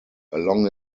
along